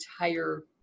entire